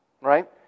Right